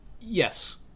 Yes